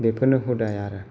बेफोरनो हुदा आरो